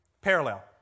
Parallel